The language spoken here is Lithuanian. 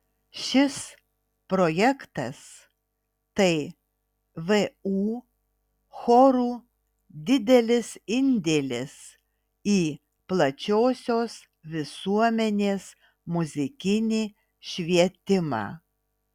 šis projektas tai vu chorų didelis indėlis į plačiosios visuomenės muzikinį švietimą